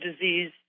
disease